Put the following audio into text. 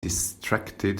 distracted